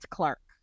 Clark